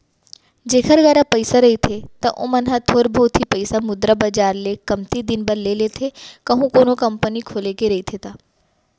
जेखर करा पइसा रहिथे त ओमन ह थोर बहुत ही पइसा मुद्रा बजार ले कमती दिन बर ले लेथे कहूं कोनो कंपनी खोले के रहिथे ता